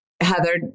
Heather